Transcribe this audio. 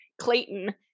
Clayton